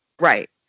Right